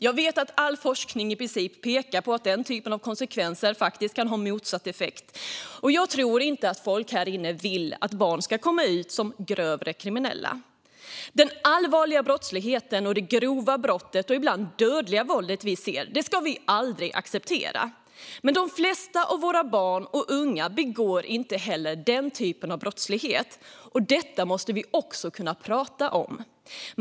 Jag vet att i princip all forskning pekar på att den typen av konsekvenser kan ha motsatt effekt, och jag tror inte att folk här inne vill att barn ska komma ut som grövre kriminella. Den allvarliga brottsligheten och det grova och ibland dödliga våld vi ser ska vi aldrig acceptera. Men de flesta av våra barn och unga begår inte den typen av brott, och detta måste vi också kunna prata om.